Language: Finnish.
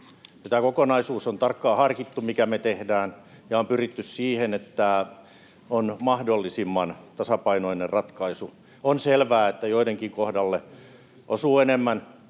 Tämä kokonaisuus on tarkkaan harkittu, mikä me tehdään, ja on pyritty siihen, että on mahdollisimman tasapainoinen ratkaisu. On selvää, että joidenkin kohdalle osuu enemmän,